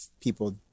people